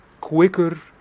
quicker